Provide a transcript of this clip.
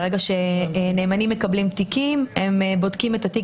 ברגע שנאמנים מקבלים תיקים הם בודקים את התיק